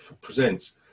presents